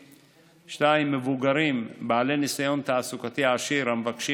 2. מבוגרים בעלי ניסיון תעסוקתי עשיר המבקשים